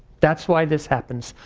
that's why this happens.